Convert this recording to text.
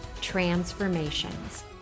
transformations